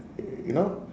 y~ you know